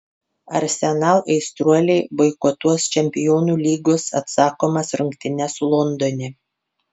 arsenal aistruoliai boikotuos čempionų lygos atsakomas rungtynes londone